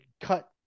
cut